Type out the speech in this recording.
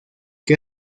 que